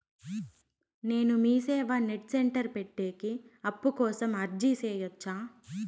నేను MeeSeva net centre పెట్టేకి అప్పు కోసం అర్జీ సేయొచ్చా?